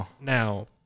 Now